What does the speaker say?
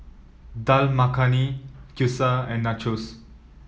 Dal Makhani Gyoza and Nachos